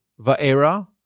Va'era